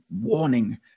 warning